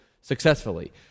successfully